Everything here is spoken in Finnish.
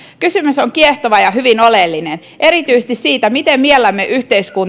kysymys on kiehtova ja hyvin oleellinen erityisesti siitä miten miellämme yhteiskuntaan